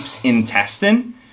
intestine